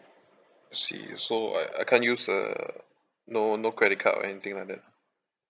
I see so I I can't use uh no no credit card or anything like that